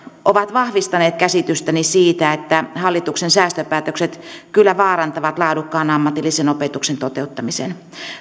ovat vahvistaneet käsitystäni siitä että hallituksen säästöpäätökset kyllä vaarantavat laadukkaan ammatillisen opetuksen toteuttamisen